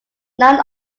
none